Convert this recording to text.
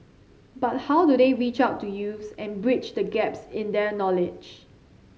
but how do they reach out to youths and bridge the gaps in their knowledge